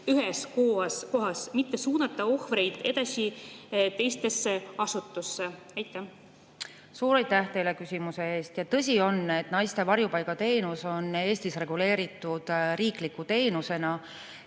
ühes kohas, mitte suunata ohvreid edasi teistesse asutustesse. Suur aitäh teile küsimuse eest! Tõsi on, et naiste varjupaiga teenus on Eestis reguleeritud riikliku teenusena,